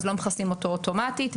לא מכסים אותו אוטומטית,